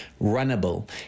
runnable